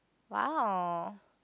!wow!